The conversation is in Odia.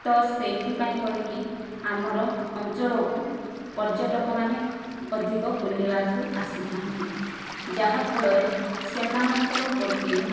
ତ ସେହିଥିପାଇଁ କହିକି ଆମର ଅଞ୍ଚଳକୁ ପର୍ଯ୍ୟଟକ ମାନେ ଅଧିକ ବୁଲିବାକୁ ଆସିଥାନ୍ତି ଯାହା ଫଳରେ ସେମାନଙ୍କର ଗୋଟିଏ